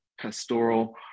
pastoral